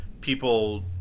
people